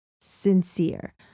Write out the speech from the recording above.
Sincere